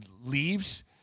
leaves